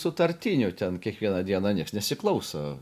sutartinių ten kiekvieną dieną nieks nesiklauso